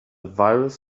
virus